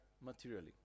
materially